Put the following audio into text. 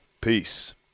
Peace